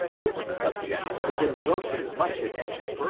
this subject is engrossing much attention,